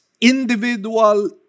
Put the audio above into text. individual